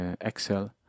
Excel